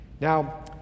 Now